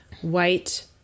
white